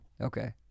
Okay